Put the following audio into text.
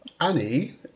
Annie